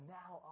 now